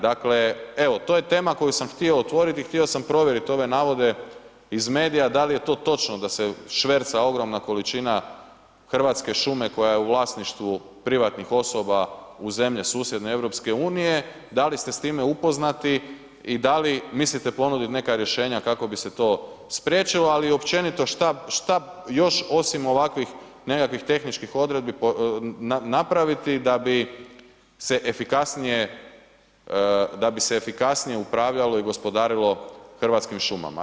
Dakle to je tema koju sam htio otvoriti i htio sam provjeriti ove navode iz medija da li je to točno da se šverca ogromna količina hrvatske šume koja je u vlasništvu privatnih osoba u zemlje susjedne EU, da li ste s time upoznati i da li mislite ponuditi neka rješenja kako bi se to spriječilo, ali i općenito šta još osim ovakvih nekakvih tehničkih odredbi napraviti da bi se efikasnije upravljalo i gospodarilo hrvatskim šumama.